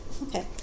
Okay